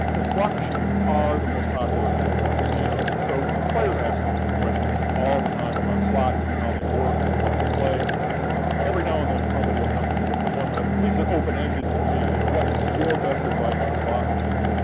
ah slot machines are the most popular games incasinos and so player ask questions all the time about slots and how they work and what to play every now and then somebody will come to me with the one that leaves ut open ended for me you know what is your best advice for slot machines?